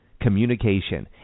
communication